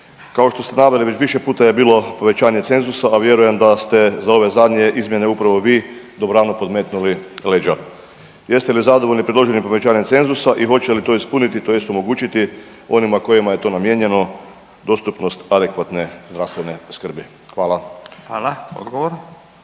Kao što ste naveli, već više puta je bilo povećanje cenzusa, a vjerujem da ste za ove zadnje izmjene upravo vi dobrano podmetnuli leđa. Jeste li zadovoljni predloženim povećanjem cenzusa i hoće li to ispuniti tj. omogućiti onima kojima je to namijenjeno dostupnost adekvatne zdravstvene skrbi. Hvala. **Radin,